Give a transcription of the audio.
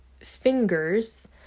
fingers